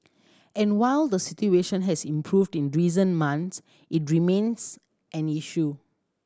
and while the situation has improved in reason months it remains an issue